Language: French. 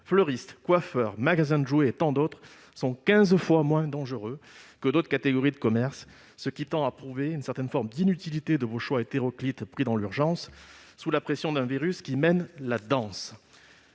fleurs ou des jouets, les salons de coiffure et tant d'autres sont quinze fois moins dangereux que d'autres catégories de commerce, ce qui tend à prouver une certaine forme d'inutilité de vos choix hétéroclites pris dans l'urgence, sous la pression d'un virus qui mène la danse.